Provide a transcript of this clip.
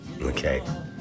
okay